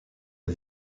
est